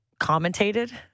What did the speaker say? commentated